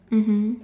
mmhmm